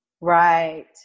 Right